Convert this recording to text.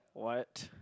what